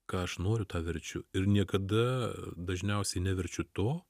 ką aš noriu tą verčiu ir niekada dažniausiai neverčiu to